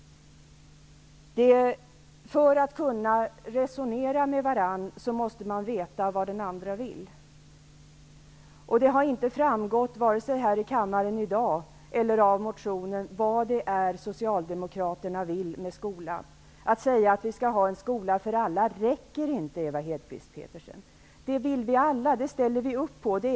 För att kunna resonera med varandra måste man veta vad den andra vill. Det har inte framgått, vare sig här i kammaren i dag eller av motionen, vad Socialdemokraterna vill med skolan. Att säga att vi skall ha en skola för alla räcker inte, Ewa Hedkvist Petersen! Det vill vi alla. Det ställer vi upp på.